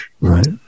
Right